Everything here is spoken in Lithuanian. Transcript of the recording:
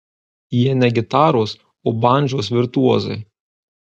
jie ne gitaros o bandžos virtuozai